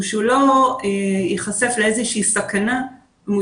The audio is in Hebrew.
ושהוא לא ייחשף לאיזושהי סכנה אם הוא